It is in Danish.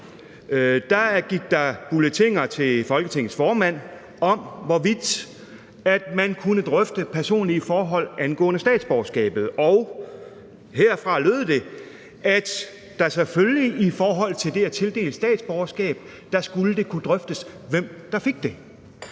gik der bulletiner til Folketingets formand om, hvorvidt man kunne drøfte personlige forhold angående statsborgerskabet, og herfra lød det, at det selvfølgelig i forhold til det at tildele statsborgerskab skulle kunne drøftes, hvem der fik det.